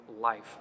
life